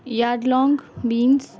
yardlong beans